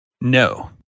No